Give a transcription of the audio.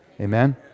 Amen